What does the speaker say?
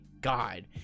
god